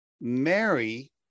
Mary